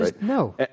No